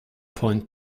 point